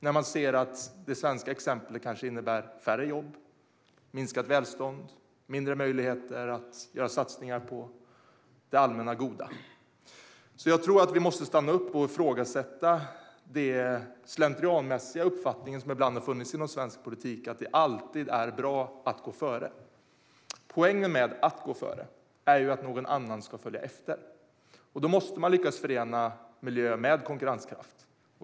De har sett att det svenska exemplet har inneburit färre jobb, minskat välstånd och mindre möjligheter att göra satsningar på det allmänna goda. Vi måste stanna upp och ifrågasätta den slentrianmässiga uppfattning som ibland har funnits inom svensk politik, nämligen att det är alltid är bra att gå före. Poängen med att gå före är att någon annan ska följa efter. Då måste man lyckas förena miljö med konkurrenskraft.